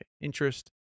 interest